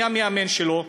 מי המאמן שלו?